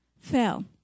fell